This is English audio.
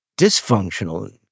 dysfunctional